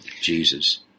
Jesus